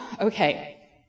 okay